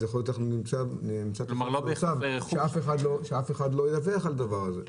יכול להיות שאף אחד לא ידווח על זה.